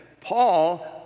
Paul